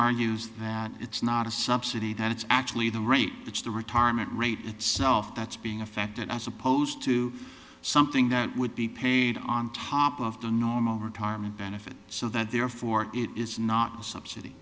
argues that it's not a subsidy that it's actually the rate it's the retirement rate itself that's being affected as opposed to something that would be paid on top of the normal retirement benefit so that therefore it is not subsidy